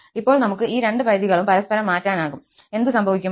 ഇപ്പോൾ നമുക്ക് ഈ രണ്ട് പരിധികളും പരസ്പരം മാറ്റാനാകും എന്ത് സംഭവിക്കും